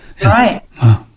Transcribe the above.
Right